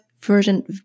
version